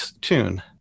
tune